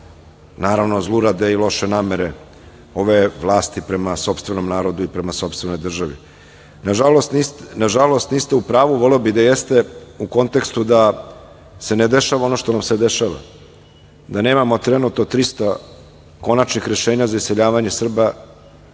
naravno zlurade i loše namere ove vlasti prema sopstvenom narodu i prema sopstvenoj državi. Nažalost niste u pravu, voleo bih da jeste, u kontekstu da se ne dešava ono što nam se dešava, da nemamo trenutno trista konačnih rešenja za iseljavanje Srba